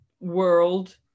world